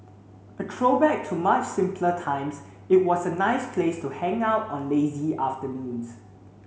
a throwback to much simpler times it was a nice place to hang out on lazy afternoons